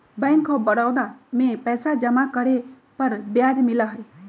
bank of Baroda में पैसा जमा करे पर ब्याज मिला हई